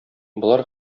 болар